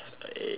event